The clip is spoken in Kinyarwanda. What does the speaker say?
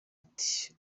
ati